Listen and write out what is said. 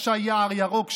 הקשה יער ירוק,